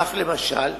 כך, למשל,